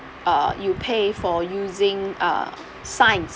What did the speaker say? uh you pay for using uh science